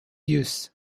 use